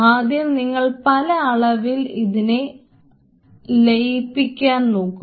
ആദ്യം നിങ്ങൾ പല അളവിൽ ഇതിനെ അലിയിക്കാൻ നോക്കുക